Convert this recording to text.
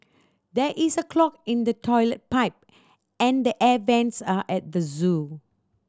there is a clog in the toilet pipe and the air vents are at the zoo